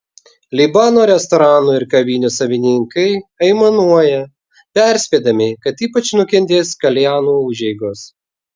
libano restoranų ir kavinių savininkai aimanuoja perspėdami kad ypač nukentės kaljanų užeigos